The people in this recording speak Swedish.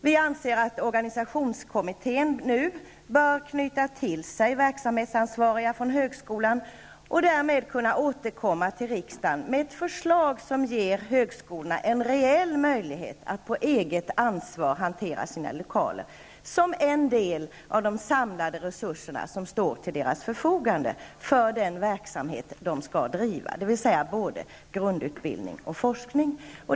Vi anser att organisationskommittén nu bör knyta till sig verksamhetsansvariga från högskolan och därmed kunna återkomma till riksdagen med ett förslag som ger högskolorna en reell möjlighet att på eget ansvar hantera sina lokaler såsom en del av de samlade resurser som står till högskolornas förfogande för den verksamhet som de skall bedriva, dvs. både grundutbildning och forskning.